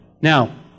Now